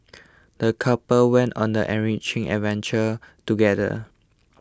the couple went on an enriching adventure together